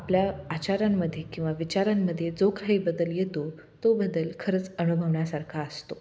आपल्या आचारांमध्ये किंवा विचारांमध्ये जो काहीबदल येतो तो बदल खरंच अअनुभवण्यासारखा असतो